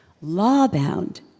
Law-bound